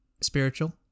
spiritual